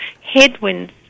headwinds